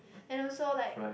and also like